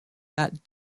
that